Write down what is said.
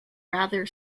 rather